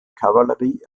kavallerie